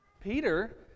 Peter